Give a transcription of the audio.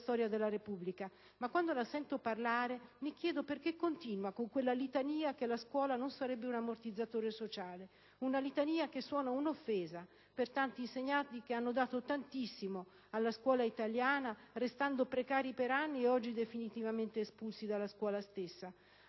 storia della Repubblica, ma quando la sento parlare mi chiedo perché continua con la litania che la scuola non sarebbe un ammortizzatore sociale: una litania che suona come un'offesa per tanti insegnanti che hanno dato tantissimo alla scuola italiana, restando precari per anni e oggi definitivamente esclusi dalla scuola stessa.